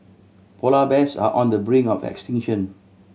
polar bears are on the brink of extinction